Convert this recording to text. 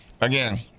again